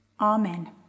Amen